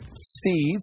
Steve